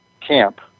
camp